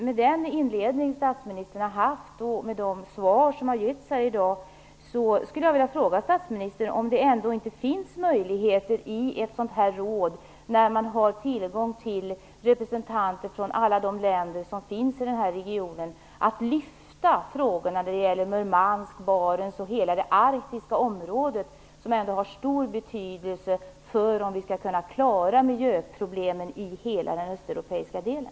Med anledning av statministerns inledning och av de svar som givits här i dag vill jag ställa en fråga till statsministern. I ett sådant här råd har man ju tillgång till representanter för alla länder som finns i regionen. Finns det då inte möjlighet att lyfta fram frågorna som gäller Murmansk, Barents och hela det arktiska området, som ju har stor betydelse för om vi skall kunna klara av miljöproblemen i hela den östeuropeiska delen?